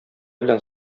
белән